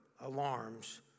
alarms